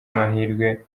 mahirwe